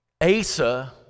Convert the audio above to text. Asa